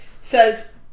says